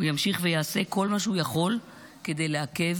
הוא ימשיך ויעשה כל מה שהוא יכול כדי לעכב